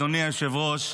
אדוני היושב-ראש,